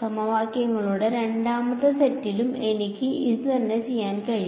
സമവാക്യങ്ങളുടെ രണ്ടാമത്തെ സെറ്റിലും എനിക്ക് ഇതുതന്നെ ചെയ്യാൻ കഴിയും